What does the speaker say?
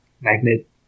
magnet